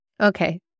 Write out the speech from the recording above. Okay